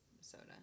soda